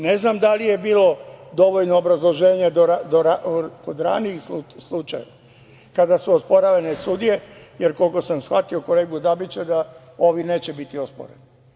Ne znam da li je bilo dovoljno obrazloženja kod ranijih slučajeva, kada su osporavane sudije, jer koliko sam shvatio kolegu Dabića, ovi neće biti osporeni.